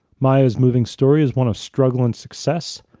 maya's moving story is one of struggling success,